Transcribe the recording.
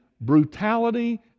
brutality